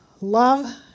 love